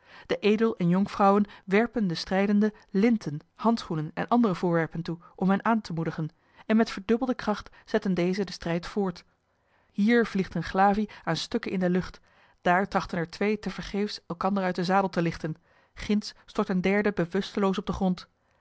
de edel en jonkvrouwen werpen den strijdenden linten handschoenen en andere voorwerpen toe om hen aan de moedigen en met verdubbelde kracht zetten dezen den strijd voort hier vliegt eene glavie aan stukken in de lucht daar trachten er twee tevergeefs elkander uit den zadel te lichten ginds stort een derde bewusteloos op den grond